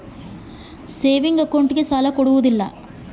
ನನ್ನ ಸೇವಿಂಗ್ ಅಕೌಂಟಿಗೆ ಎಷ್ಟು ಸಾಲ ಕೊಡ್ತಾರ?